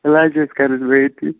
علاج حظ کَرَس بہٕ ییٚتی